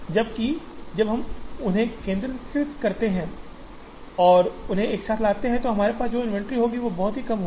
जबकि जब हम उन्हें केंद्रीकृत करते हैं और उन्हें एक साथ लाते हैं तो हमारे पास जो इन्वेंट्री होगी वह बहुत कम होगी